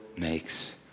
makes